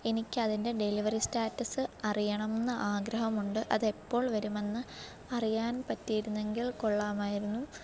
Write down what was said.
എനിക്കതിൻ്റെ delivery status അറിയണം എന്നാഗ്രഹമുണ്ട് അതെപ്പോൾ വരുമെന്ന് അറിയാൻ പറ്റിയിരുന്നെങ്കിൽ കൊള്ളാമായിരുന്നു